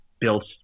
built